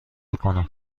کنم